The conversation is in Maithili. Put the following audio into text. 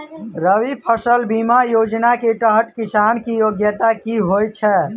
रबी फसल बीमा योजना केँ तहत किसान की योग्यता की होइ छै?